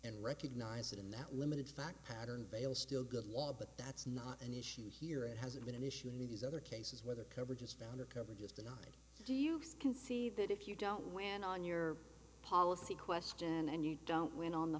and recognize it in that limited fact pattern veil still good law but that's not an issue here it hasn't been an issue in these other cases whether coverage is founder coverage of the nine do you conceive that if you don't win on your policy question and you don't win on the